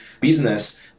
business